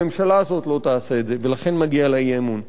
הממשלה הזאת לא תעשה את זה, ולכן מגיע לה אי-אמון.